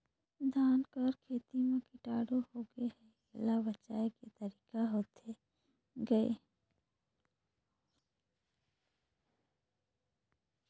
धान कर खेती म कीटाणु होगे हे एला बचाय के तरीका होथे गए?